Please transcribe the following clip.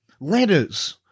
letters